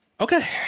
Okay